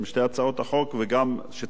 וגם שצריך למצוא פתרון.